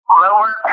lower